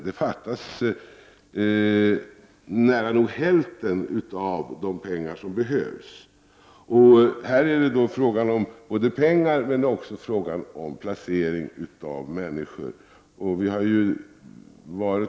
Det fattas nära nog hälften av de pengar som behövs. Här är det då fråga om pengar men också om placering av människor.